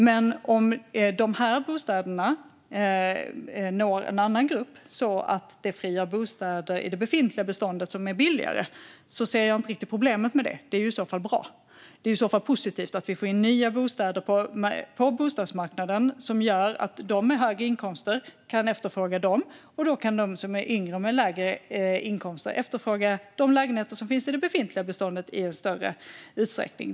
Men om de här bostäderna når en annan grupp, så att de frigör billigare bostäder i det befintliga beståndet, ser jag inte riktigt problemet med det. Det är ju i så fall bra. Det är positivt att vi får in nya bostäder på bostadsmarknaden. De som har höga inkomster kan efterfråga dessa bostäder, och då kan de som är yngre med lägre inkomster i större utsträckning efterfråga de lägenheter som finns i det befintliga beståndet.